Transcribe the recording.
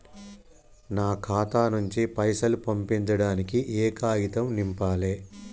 నా ఖాతా నుంచి పైసలు పంపించడానికి ఏ కాగితం నింపాలే?